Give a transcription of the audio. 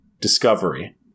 Discovery